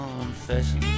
confession